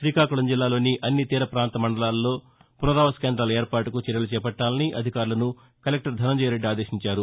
శ్రీకాకుళం జిల్లాలోని అన్ని తీర ప్రాంత మండలాలోల పునరావాస కేంద్రాల ఏర్పాటుకు చర్యలు చేపట్లాలని అధికారులను కలెక్టర్ ధనంజయ రెడ్డి ఆదేశించారు